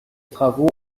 travaux